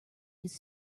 his